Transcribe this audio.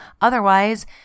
Otherwise